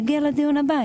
יגיע לדיון הבא,